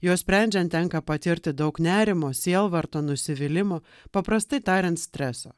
juos sprendžiant tenka patirti daug nerimo sielvarto nusivylimo paprastai tariant streso